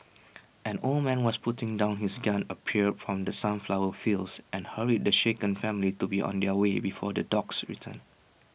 an old man was putting down his gun appeared from the sunflower fields and hurried the shaken family to be on their way before the dogs return